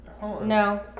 No